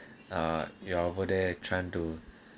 ya for their trying to